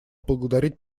поблагодарить